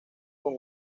con